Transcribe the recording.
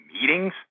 meetings